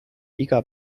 iga